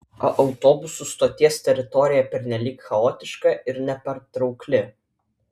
o autobusų stoties teritorija pernelyg chaotiška ir nepatraukli